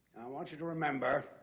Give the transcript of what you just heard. want you to remember